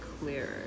clearer